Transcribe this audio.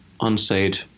unsaid